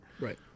Right